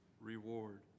reward